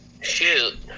shoot